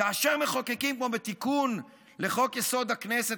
כאשר מחוקקים, כמו בתיקון לחוק-יסוד, הכנסת,